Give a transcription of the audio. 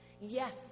Yes